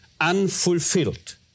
unfulfilled